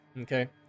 Okay